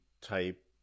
type